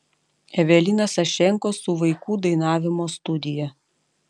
evelina sašenko su vaikų dainavimo studija